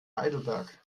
heidelberg